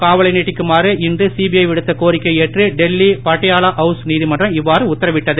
காவலை நீட்டிக்குமாறு இன்று சிபிஐ விடுத்த கோரிக்கையை ஏற்று டெல்லி பட்டியாலா ஹவுஸ் நீதிமன்றம் இவ்வாறு உத்தரவிட்டது